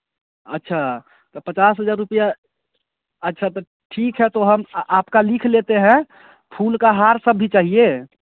अच्छा तो पचास हज़ार रुपया अच्छा तो ठीक है हम आपका लिख लेते हैं फूल का हार यह सब भी चाहिए